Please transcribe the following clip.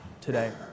today